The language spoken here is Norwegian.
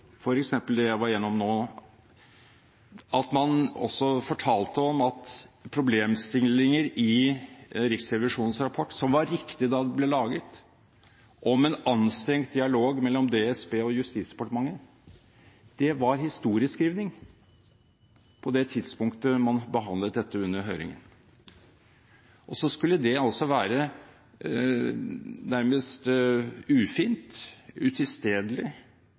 f.eks. det jeg var igjennom nå, og fortalte om problemstillinger i Riksrevisjonens rapport, som var riktige da den ble laget, om en anstrengt dialog mellom DSB og Justisdepartementet: Det var historieskriving på det tidspunktet man behandlet dette under høringen, og så skulle det altså være nærmest ufint, utilstedelig,